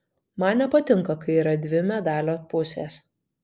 man nepatinka kai yra dvi medalio pusės